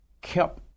kept